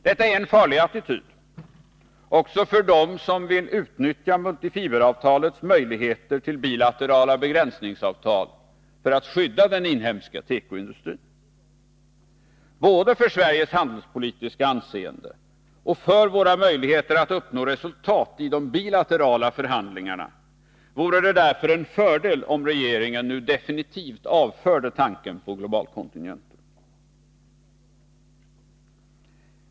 Detta är en farlig attityd också för dem som vill utnyttja multifiberavtalets möjligheter till bilaterala begränsningsavtal för att skydda den inhemska tekoindustrin. Både för Sveriges handelspolitiska anseende och för våra möjligheter att uppnå resultat i de bilaterala förhandlingarna vore det därför en fördel om regeringen nu definitivt avförde tanken på globalkontingenter.